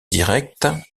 direct